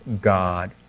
God